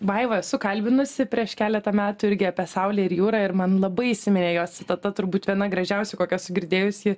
vaivą esu kalbinusi prieš keletą metų irgi apie saulę ir jūrą ir man labai įsiminė jos citata turbūt viena gražiausių kokią esu girdėjus ji